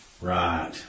Right